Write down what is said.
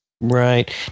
Right